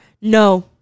no